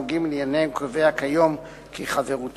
אשר בחלקיו הנוגעים לענייננו קובע כיום כי "חברותו